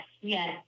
yes